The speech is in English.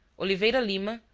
oliveira lima,